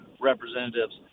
representatives